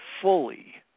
fully